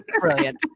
Brilliant